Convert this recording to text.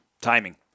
timing